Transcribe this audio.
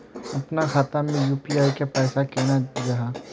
अपना खाता में यू.पी.आई के पैसा केना जाहा करबे?